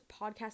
podcast